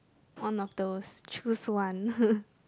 one of those choose one